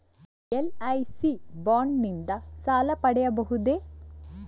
LIC bond ನಿಂದ ಸಾಲ ಪಡೆಯಬಹುದೇ?